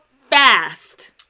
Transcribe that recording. fast